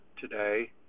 today